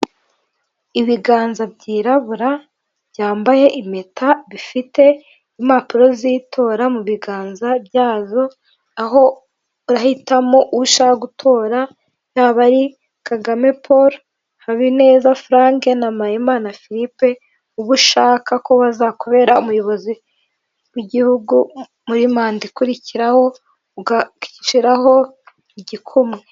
Ibiganza byirabura byambaye impeta, bifite impapuro z'itora mu biganza byazo, aho urahitamo uwo ushaka gutora, yaba ari Kagame Paul, Habineza Frank na Mpayimana Philippe, uwo ushaka ko azakubera umuyobozi w'igihugu muri manda ikurikiraho, ugashyiraho igikumwe.